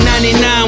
99